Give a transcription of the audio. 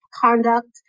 conduct